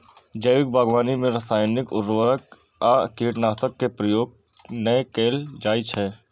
जैविक बागवानी मे रासायनिक उर्वरक आ कीटनाशक के प्रयोग नै कैल जाइ छै